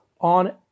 on